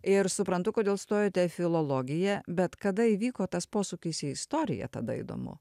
ir suprantu kodėl stojote į filologiją bet kada įvyko tas posūkis į istoriją tada įdomu